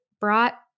brought